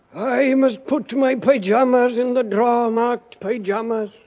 i must put my pyjamas in the drawer marked pyjamas.